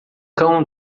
cão